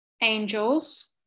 angels